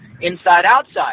inside-outside